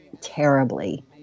terribly